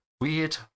weird